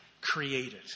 created